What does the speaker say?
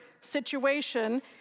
situation